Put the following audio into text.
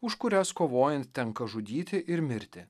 už kurias kovojant tenka žudyti ir mirti